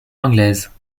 anglaise